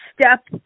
step